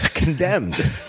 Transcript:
condemned